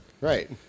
Right